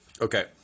Okay